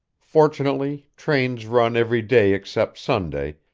fortunately trains run every day except sunday,